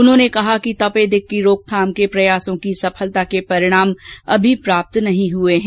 उन्होंने कहा कि तपेदिक की रोकथाम के प्रयासों की सफलता के परिणाम अभी प्राप्त नहीं हुए हैं